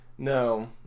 No